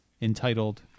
entitled